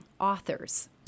authors